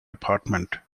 apartment